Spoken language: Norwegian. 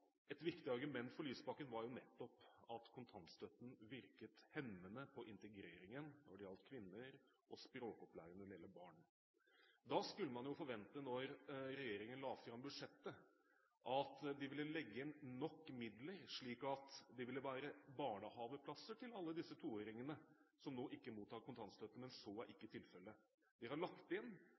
på språkopplæringen når det gjaldt barn. Da skulle man jo forvente at regjeringen, da den la fram budsjettet, ville legge inn nok midler, slik at det ville være barnehageplasser til alle disse toåringene som nå ikke mottar kontantstøtte. Men så er ikke tilfellet. Det er lagt inn